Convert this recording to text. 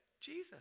Jesus